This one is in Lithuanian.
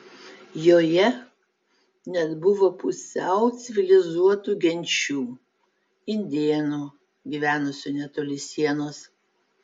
joje net buvo pusiau civilizuotų genčių indėnų gyvenusių netoli sienos